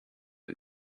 you